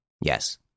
Yes